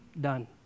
done